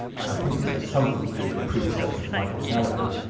and i think this had something to do with a predecessor, of michael galahad,